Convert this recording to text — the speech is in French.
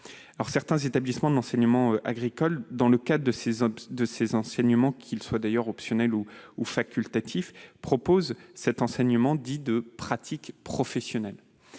Certains établissements de l'enseignement agricole, dans le cadre des enseignements optionnels ou facultatifs, proposent un enseignement dit « de pratique professionnelle